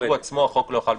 שעליו עצמו החוק לא חל בכלל.